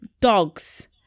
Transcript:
dogs